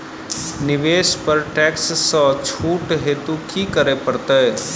निवेश पर टैक्स सँ छुट हेतु की करै पड़त?